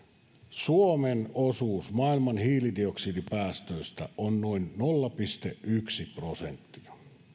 suomen osuus maailman hiilidioksidipäästöistä on noin nolla pilkku yksi prosenttia